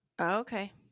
okay